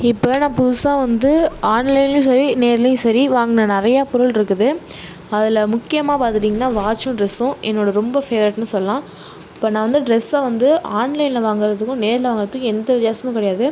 இப்போ நான் புதுசாக வந்து ஆன்லைன்லேயும் சரி நேர்லேயும் சரி வாங்கின நிறைய பொருள் இருக்குது அதில் முக்கியமாக பார்த்துக்கிட்டிங்கன்னா வாட்சும் ட்ரெஸ்ஸும் என்னோடய ரொம்ப ஃபேவரைட்னு சொல்லலாம் இப்போது நான் வந்து ட்ரெஸ்ஸை வந்து ஆன்லைனில் வாங்குறதுக்கும் நேரில் வாங்குறதுக்கும் எந்த வித்தியாசமும் கிடையாது